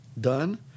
Done